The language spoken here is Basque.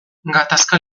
gatazka